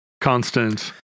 constant